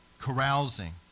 Carousing